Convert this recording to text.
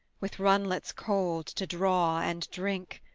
with runlets cold to draw and drink!